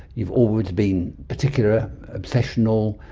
you've always been particular, obsessional,